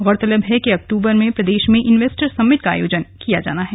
गौरतलब है कि अक्टूबर में प्रदेश में इंवेस्टर्स समिट का आयोजन किया जाना है